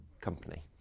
company